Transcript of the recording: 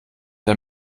der